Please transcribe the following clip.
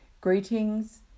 Greetings